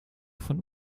von